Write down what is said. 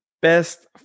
best